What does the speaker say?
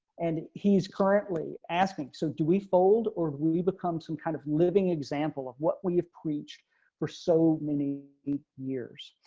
and he's currently asking. so do we fold or we we become some kind of living example of what we've preached for so many years.